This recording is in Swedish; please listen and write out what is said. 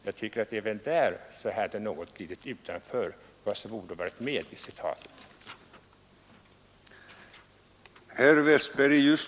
Jag tycker att detta citat står i strid mot 1972 års riksdagsbeslut som talar om att det inte rimligen finnes utrymme för en sammanläggning i sådana fall.